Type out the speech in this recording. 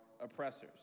oppressors